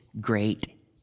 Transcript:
great